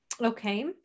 Okay